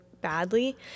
badly